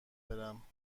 برم